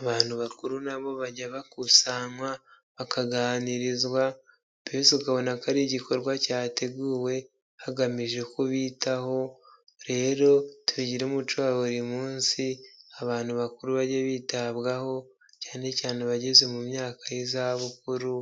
Abantu bakuru nabo bajya bakusanywa bakaganirizwa mbese ukabona ko ari igikorwa cyateguwe hagamijwe kubitaho, rero tugire umuco wa buri munsi abantu bakuru bajye bitabwaho cyane cyane abageze mu myaka y'izabukuru,